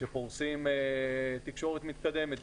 כשפורסים תקשורת מתקדמת,